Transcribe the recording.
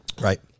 Right